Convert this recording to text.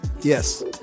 yes